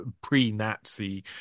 pre-Nazi